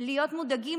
להיות מודאגים,